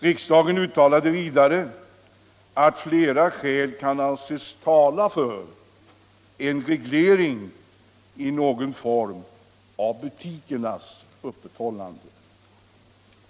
Riksdagen uttalade vidare att flera skäl kan anses tala för en reglering i någon form av butikernas öppethållande.